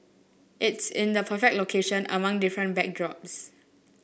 it's in the perfect location among different backdrops